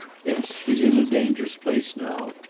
yes. he's in a dangerous place now,